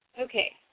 okay